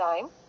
time